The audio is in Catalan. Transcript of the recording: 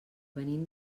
venim